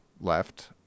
Left